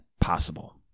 possible